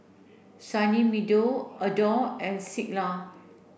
Sunny Meadow Adore and Singha